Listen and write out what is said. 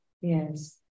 Yes